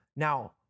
Now